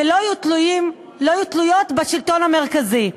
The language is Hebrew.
ולא יהיו תלויות בשלטון המרכזי,